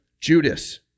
Judas